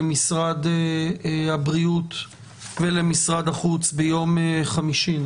למשרד החוץ ולמשרד הבריאות ביום חמישי.